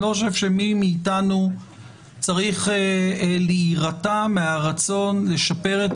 אני לא חושב שמי מאיתנו צריך להירתע מהרצון לשפר את